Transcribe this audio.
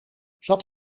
zat